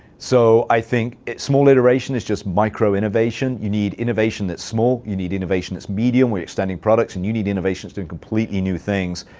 so i think small iteration is just micro innovation. you need innovation that's small. you need innovation that's medium where you're expanding products. and you need innovations doing completely new things,